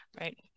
right